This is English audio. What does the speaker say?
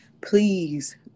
please